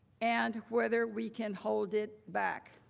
and whether we can hold it back?